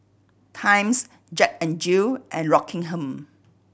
Times Jack N Jill and Rockingham